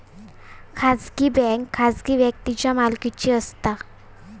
खाजगी बँक खाजगी व्यक्तींच्या मालकीची असता